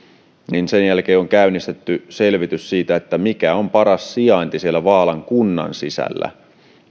on käynnistetty selvitys siitä mikä on paras sijainti paikka siellä vaalan kunnan sisällä